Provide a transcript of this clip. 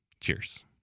Cheers